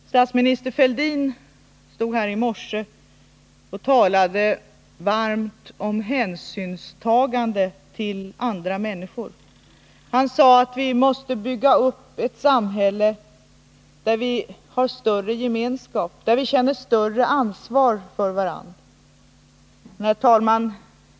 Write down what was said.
Statsminister Fälldin talade i morse varmt om hänsynstagande till andra människor. Han sade att vi måste bygga upp ett samhälle med större gemenskap och mer ansvar för varandra. Herr talman!